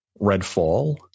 Redfall